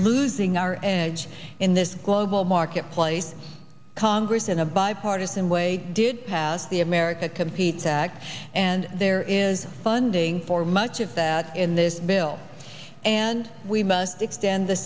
losing our edge in this global marketplace congress in a bipartisan way did pass the america competes act and there is funding for much of that in this bill and we must extend the